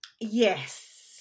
Yes